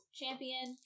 champion